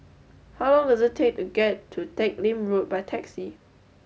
how long does it take to get to Teck Lim Road by taxi